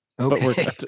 Okay